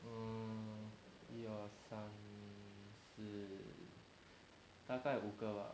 err 一二三四大概五个吧